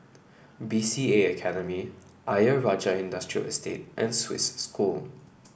B C A Academy Ayer Rajah Industrial Estate and Swiss School